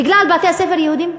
בגלל בתי-ספר יהודיים,